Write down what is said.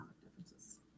differences